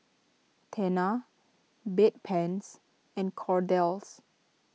Tena Bedpans and Kordel's